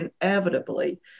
inevitably